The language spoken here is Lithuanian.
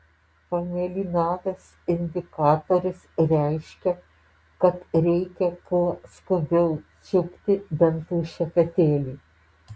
pamėlynavęs indikatorius reiškia kad reikia kuo skubiau čiupti dantų šepetėlį